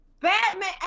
Batman